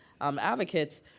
advocates